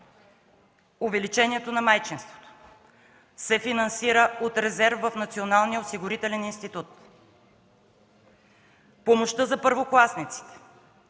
Увеличението на майчинството се финансира от резерва в Националния осигурителен институт. Помощта за първокласниците